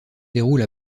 déroule